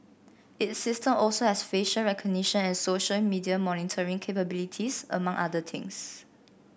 its system also has facial recognition and social media monitoring capabilities among other things